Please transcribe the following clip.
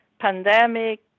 pandemic